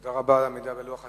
תודה רבה על עמידה בלוח הזמנים.